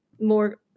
more